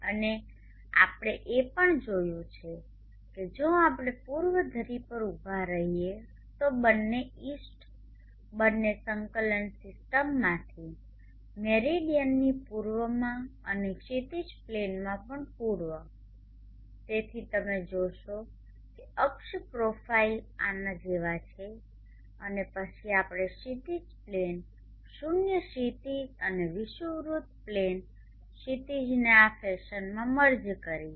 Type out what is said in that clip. અને આપણે એ પણ જોયું છે કે જો આપણે પૂર્વ ધરી પર ઊભા રહીએ તો બંને ઇસ્ટ બંને સંકલન સીસ્ટમઓમાંથી મેરિડીયનની પૂર્વમાં અને ક્ષિતિજ પ્લેનમાં પણ પૂર્વ તેથી તમે જોશો કે અક્ષ પ્રોફાઇલ્સ આના જેવા છે અને પછી આપણે ક્ષિતિજ પ્લેન શૂન્ય ક્ષિતિજ અને વિષુવવૃત્ત પ્લેન ક્ષિતિજને આ ફેશનમાં મર્જ કરી છે